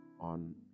on